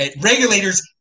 Regulators